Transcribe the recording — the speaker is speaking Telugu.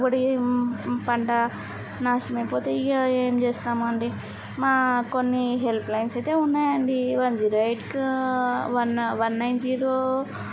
దిగుబడి పంట నాశనం అయిపోతే ఇంకా ఏం ఏమిచేస్తామండీ మా కొన్ని హెల్ప్ లైన్స్ అయితే ఉన్నాయండీ వన్ జీరో ఎయిట్కు వన్ వన్ నైన్ జీరో